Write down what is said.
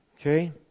Okay